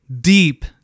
deep